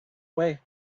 way